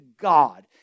God